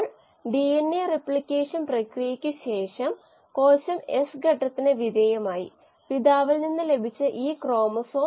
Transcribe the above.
ഉചിതമായ ബയോ റിയാക്ടറുകളിൽ കൃത്രിമമായി ഉൽപാദിപ്പിക്കുന്ന നിരവധി വ്യത്യസ്ത അവയവങ്ങൾ ഇപ്പോൾ നമ്മുടെ പക്കലുണ്ട്